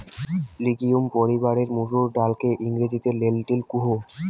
legume পরিবারের মসুর ডালকে ইংরেজিতে লেন্টিল কুহ